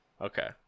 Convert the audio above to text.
Okay